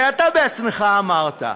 הרי אתה בעצמך אמרת: